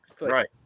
right